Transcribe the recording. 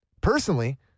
Personally